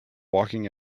walking